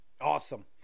Awesome